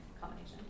combination